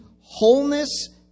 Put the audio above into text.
wholeness